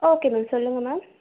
okay ma'am சொல்லுங்கள் ma'am